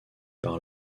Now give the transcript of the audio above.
par